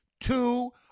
two